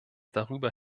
darüber